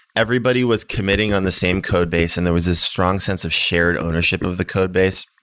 everybody was committing on the same codebase and there was this strong sense of shared ownership of the codebase.